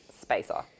Spacer